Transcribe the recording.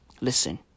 Listen